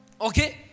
Okay